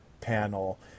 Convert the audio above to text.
panel